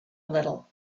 little